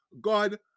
God